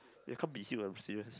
it'll can't be heal I'm serious